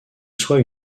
soit